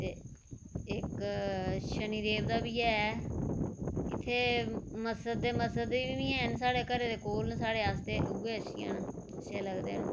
इक्क शनिदेव दा बी ऐ इत्थें मस्जिदां मस्जिदां बी हैन साढ़े घरै दे कोल साढ़े आस्तै उऐ अच्छियां न अच्छे लगदे न